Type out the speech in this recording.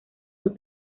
dos